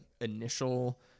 initial